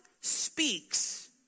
speaks